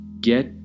Get